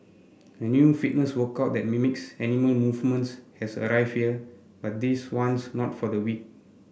a new fitness workout that mimics animal movements has arrived here but this one's not for the weak